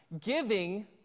Giving